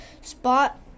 Spot